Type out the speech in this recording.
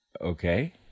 Okay